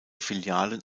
filialen